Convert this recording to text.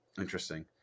interesting